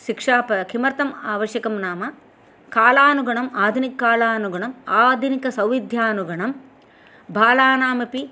शिक्षा किमर्थं आवश्यकं नाम कालानुगुणम् आधुनिककालानुगुणम् आधुनिकसौविध्यानुगुणं बालानामपि